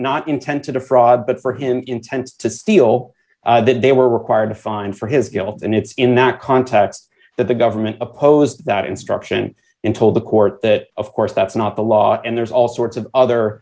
not intent to defraud but for him intent to steal that they were required to find for his guilt and it's in that context that the government opposed that instruction in told the court that of course that's not the law and there's all sorts of other